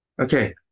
Okay